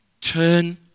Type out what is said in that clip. turn